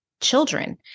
children